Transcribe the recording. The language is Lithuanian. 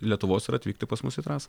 lietuvos ir atvykti pas mus į trasą